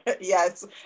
yes